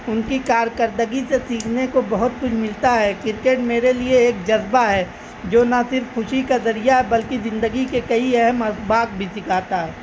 ان کی کارکردگی سے سیکھنے کو بہت کچھ ملتا ہے کرکٹ میرے لیے ایک جذبہ ہے جو نہ صرف خوشی کا ذریعہ ہے بلکہ زندگی کے کئی اہم اسباق بھی سکھاتا ہے